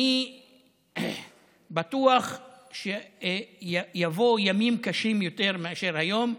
אני בטוח שיבואו ימים קשים יותר מאשר היום,